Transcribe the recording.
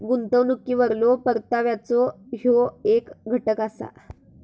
गुंतवणुकीवरलो परताव्याचो ह्यो येक घटक असा